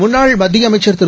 முன்னாள்மத்தியஅமைச்சர்திரு